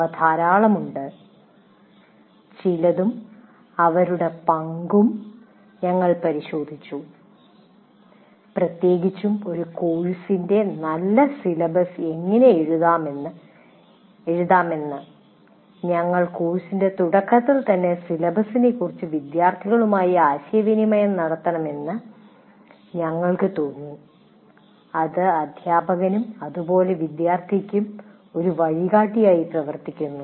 അവ ധാരാളം ഉണ്ട് ചിലതും അവരുടെ പങ്കും ഞങ്ങൾ പരിശോധിച്ചു പ്രത്യേകിച്ചും ഒരു കോഴ്സിന്റെ നല്ല സിലബസ് എങ്ങനെ എഴുതാമെന്ന് ഞങ്ങൾ കോഴ്സിന്റെ തുടക്കത്തിൽ തന്നെ സിലബസിനെ കുറിച്ച് വിദ്യാർത്ഥികളുമായി ആശയവിനിമയം നടത്തണമെന്ന് ഞങ്ങൾക്ക് തോന്നി അത് അധ്യാപകനും അതുപോലെ വിദ്യാർത്ഥിക്കും ഒരു വഴികാട്ടിയായി പ്രവർത്തിക്കുന്നു